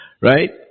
Right